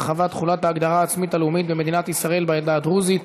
הרחבת תחולת ההגדרה העצמית הלאומית במדינת ישראל לעדה הדרוזית),